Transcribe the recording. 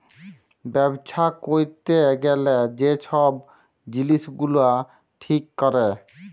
ব্যবছা ক্যইরতে গ্যালে যে ছব জিলিস গুলা ঠিক ক্যরে